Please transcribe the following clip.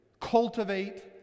cultivate